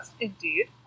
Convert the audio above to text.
Indeed